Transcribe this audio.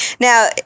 Now